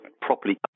properly